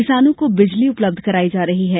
किसानों को बिजली उपलब्ध कराई जा रही है